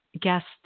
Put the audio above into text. guest